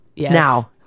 now